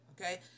okay